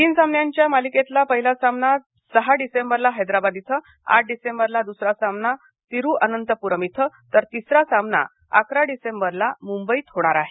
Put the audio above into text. तीन सामन्यांच्या मालिकेतला पहिला सामना सहा डिसेंबरला हैदराबाद इथं आठ डिसेंबरला दुसरा सामना तिरुअनंतपुरम इथं तर तिसरा सामना अकरा डिसेंबरला मुंबईत होणार आहे